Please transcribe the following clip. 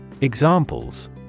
Examples